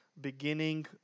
beginning